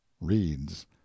reads